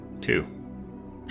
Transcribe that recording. Two